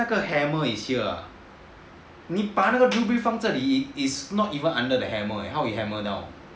所以你 imagine 那个 hammer is here ah 你把那个 drill brit 放这里 is not even under the hammer eh how it hammer down